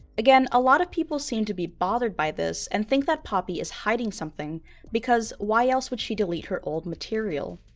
again, a lot of people seem to be bothered by this and think that poppy is hiding something because, why else would she delete her old material?